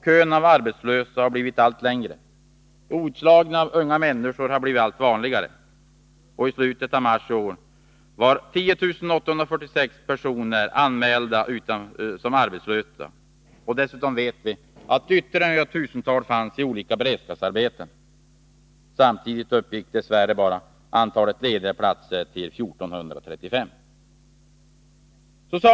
Kön av arbetslösa har blivit allt längre och utslagningen av unga människor allt vanligare. I slutet av mars i år var 10 846 personer anmälda som arbetslösa. Dessutom vet vi att ytterligare några tusen fanns i olika beredskapsarbeten. Samtidigt uppgick dess värre antalet lediga platser till endast 1435.